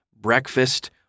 breakfast